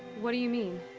what do you mean?